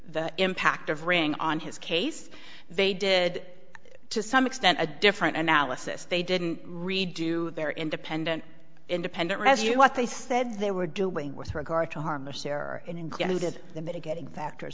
the impact of ring on his case they did to some extent a different analysis they didn't redo their independent independent as you what they said they were doing with regard to harmless error in getting that the mitigating factor